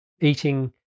eating